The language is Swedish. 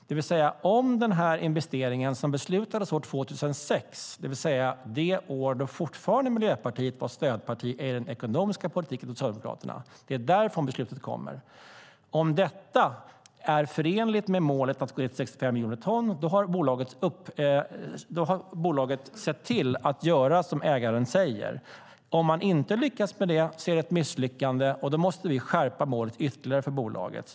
Det betyder att om den investering som beslutades år 2006 - alltså det år då Miljöpartiet fortfarande var stödparti till Socialdemokraterna i den ekonomiska politiken; det är därifrån beslutet kommer - är förenligt med målet att gå ned till 65 miljoner ton har bolaget sett till att göra som ägaren säger. Om man inte lyckas med det är det ett misslyckande, och då måste vi skärpa målet ytterligare för bolaget.